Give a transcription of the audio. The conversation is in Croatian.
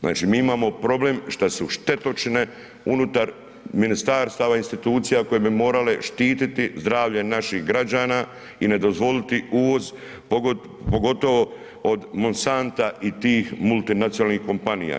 Znači mi imamo problem što su štetočine unutar ministarstava institucija koje bi morale štiti zdravlje naših građana i ne dozvoliti uvoz pogotovo od Monsanta i tih multinacionalnih kompanija.